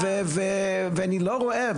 ואני לא רואה,